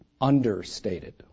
understated